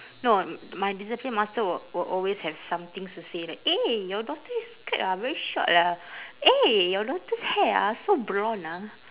no m~ my discipline master will will always have some things to say like eh your daughter's skirt ah very short ah eh your daughter's hair ah so blonde ah